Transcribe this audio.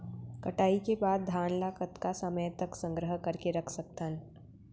कटाई के बाद धान ला कतका समय तक संग्रह करके रख सकथन?